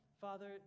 Father